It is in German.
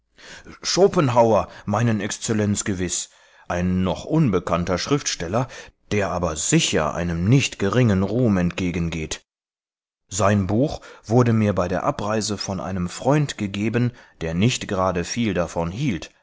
schopenhauer meinen exzellenz gewiß ein noch unbekannter schriftsteller der aber sicher einem nicht geringen ruhm entgegengeht sein buch wurde mir bei der abreise von einem freund gegeben der nicht gerade viel davon hielt